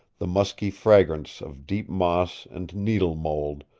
the musky fragrance of deep moss and needle-mold,